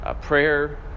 prayer